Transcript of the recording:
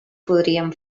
podríem